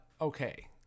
okay